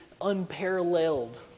unparalleled